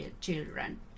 children